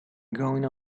going